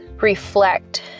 reflect